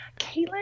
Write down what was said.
Caitlin